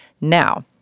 Now